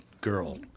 girl